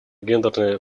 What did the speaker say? гендерная